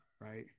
right